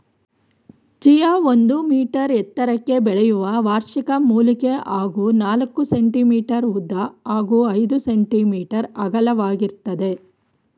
chia ಒಂದು metre ಎತ್ತರಕ್ಕೆ ಬೆಳೆಯುವ ವಾರ್ಷಿಕ ಮೂಲಿಕೆ ಹಾಗೂ ನಾಲ್ಕು ಸೆ.ಮೀ ಉದ್ದ ಹಾಗೂ ಐದು ಸೆ.ಮೀ ಅಗಲವಾಗಿರ್ತದೆ